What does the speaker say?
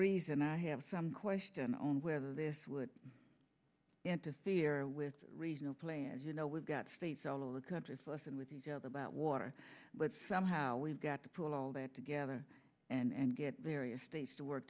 reason i have some question on whether this would interfere with regional play as you know we've got states all over the country for us and with each other about water but somehow we've got to pull all that together and get various states to work